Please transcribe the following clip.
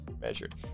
measured